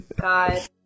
God